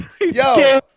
Yo